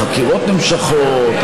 החקירות נמשכות,